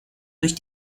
durch